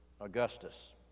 Augustus